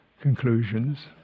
conclusions